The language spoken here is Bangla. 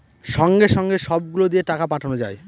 সঙ্গে সঙ্গে সব গুলো দিয়ে টাকা পাঠানো যায়